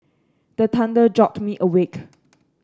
the thunder jolt me awake